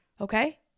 Okay